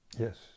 Yes